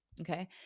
okay